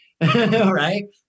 right